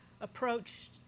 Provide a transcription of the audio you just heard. approached